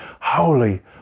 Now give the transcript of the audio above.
holy